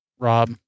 Rob